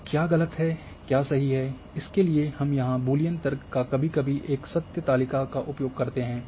अब क्या गलत है क्या सही है इसके लिए हम यहाँ बूलियन तर्क या कभी कभी एक सत्य तालिका का उपयोग करते हैं